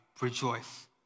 rejoice